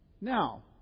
Now